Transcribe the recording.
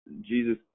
jesus